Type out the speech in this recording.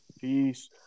Peace